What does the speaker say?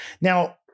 Now